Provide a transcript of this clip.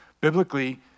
Biblically